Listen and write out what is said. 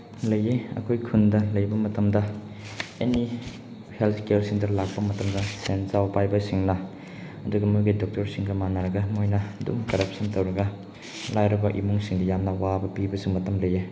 ꯂꯩꯌꯦ ꯑꯩꯈꯣꯏ ꯈꯨꯟꯗ ꯂꯩꯕ ꯃꯇꯝꯗ ꯑꯦꯅꯤ ꯍꯦꯜ ꯀꯤꯌꯔ ꯁꯦꯟꯇꯔ ꯄꯥꯛꯄ ꯃꯇꯝꯗ ꯁꯦꯟꯖꯥꯎ ꯄꯥꯏꯕꯁꯤꯡꯅ ꯑꯗꯨꯒꯤ ꯃꯣꯏꯒꯤ ꯗꯣꯛꯇꯔꯁꯤꯡꯒ ꯃꯥꯟꯅꯔꯒ ꯃꯣꯏꯅ ꯑꯗꯨꯝ ꯀꯔꯞꯁꯟ ꯇꯧꯔꯒ ꯂꯥꯏꯔꯕ ꯏꯃꯨꯡꯁꯤꯡꯗ ꯌꯥꯝꯅ ꯋꯥꯕ ꯄꯤꯕꯁꯨ ꯃꯇꯝ ꯂꯩꯌꯦ